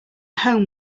home